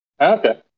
Okay